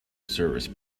service